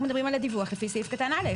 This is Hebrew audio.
אנחנו מדברים על הדיווח לפי סעיף קטן (א).